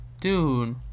dude